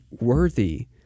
worthy